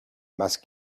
must